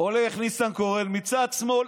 הולך ניסנקורן, מצד שמאל